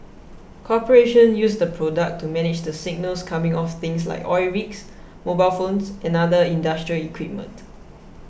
corporations use the product to manage the signals coming off things like oil rigs mobile phones and other industrial equipment